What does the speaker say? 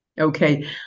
Okay